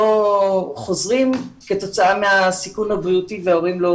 חוזרים כתוצאה מהסיכון הבריאותי וכתוצאה מכך שההורים לא